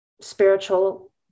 spiritual